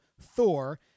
Thor